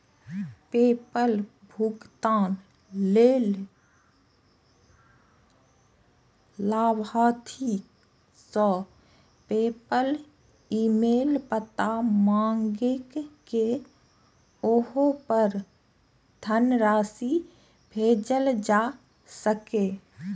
PayPal भुगतान लेल लाभार्थी सं पेपल ईमेल पता मांगि कें ओहि पर धनराशि भेजल जा सकैए